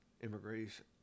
immigration